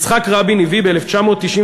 יצחק רבין הביא ב-1994,